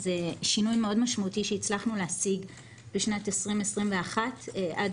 זה שינוי מאוד משמעותי שהצלחנו להשיג בשנת 2021. עד